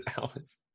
hours